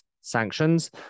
sanctions